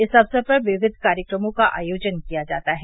इस अक्सर पर विविध कार्यक्रमों का आयोजन किया जाता है